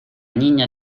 niña